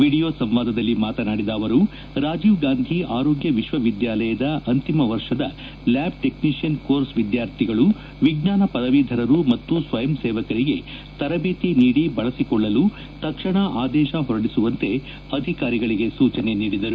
video ಸಂವಾದದಲ್ಲಿ ಮಾತನಾಡಿದ ಅವರು ರಾಜೀವ್ ಗಾಂಧಿ ಆರೋಗ್ಯ ವಿಶ್ವ ವಿದ್ಯಾಲಯದ ಅಂತಿಮ ವರ್ಷದ ಲ್ಕಾಬ್ ಟೆಕ್ನಿತಿಯನ್ ಕೋರ್ಸ್ ವಿದ್ಯಾರ್ಥಿಗಳು ವಿಜ್ವಾನ ಪದವೀಧರರು ಮತ್ತು ಸ್ವಯಂ ಸೇವಕರಿಗೆ ತರದೇತಿ ನೀಡಿ ಬಳಸಿಕೊಳ್ಳಲು ತಕ್ಷಣ ಆದೇಶ ಹೊರಡಿಸುವಂತೆ ಅಧಿಕಾರಿಗಳಿಗೆ ಸೂಚನೆ ನೀಡಿದರು